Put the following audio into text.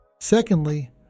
Secondly